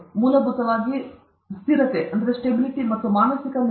ಮೂಲಭೂತವಾಗಿ ಸ್ಥಿರತೆ ಅಥವಾ ಮಾನಸಿಕ ನಿರ್ಬಂಧ